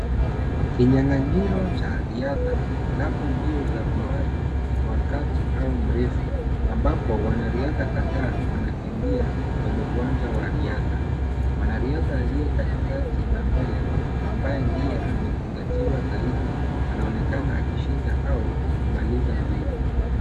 Kinyang'anyiro cha riadha labda mbio za umbali wa kati au mrefu ambapo wanariadha kadhaa wanakimbia kwenye uwanja wa riadha. Mwanaria aliye katikati au mbele ambaye ndiye amezingatiwa zaidi anaonekana akishinda au kumaliza mbio.